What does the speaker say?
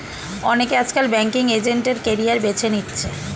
অনেকে আজকাল banking agent এর ক্যারিয়ার বেছে নিচ্ছে